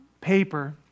paper